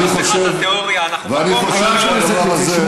ואני חושב שהדבר הזה,